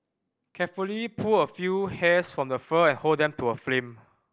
carefully pull a few hairs from the fur and hold them to a flame